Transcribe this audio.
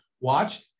watched